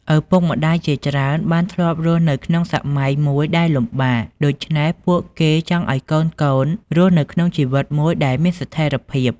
ឪពុកម្ដាយជាច្រើនបានធ្លាប់រស់នៅក្នុងសម័យមួយដែលលំបាក ដូច្នេះពួកគេចង់ឱ្យកូនៗរស់នៅក្នុងជីវិតមួយដែលមានស្ថេរភាព។